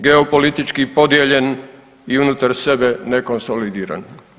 Geopolitički podijeljen i unutar sebe nekonsolidiran.